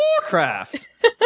Warcraft